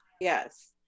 yes